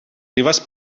ribes